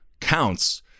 counts